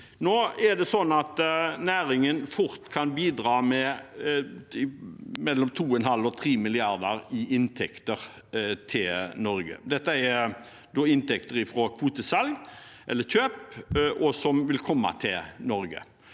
Nå er det sånn at næringen fort kan bidra med mellom 2,5 mrd. kr og 3 mrd. kr i inntekter til Norge. Dette er da inntekter fra kvotesalg eller -kjøp som vil komme til Norge.